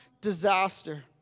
disaster